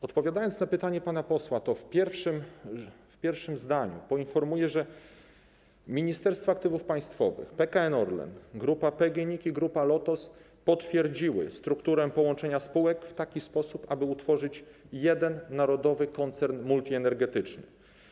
Odpowiadając na pytanie pana posła, w pierwszym zdaniu poinformuję, że Ministerstwo Aktywów Państwowych, PKN Orlen, Grupa PGNiG i Grupa Lotos potwierdziły strukturę połączenia spółek w taki sposób, aby utworzyć jeden narodowy koncern multienergetyczny.